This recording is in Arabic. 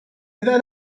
إذا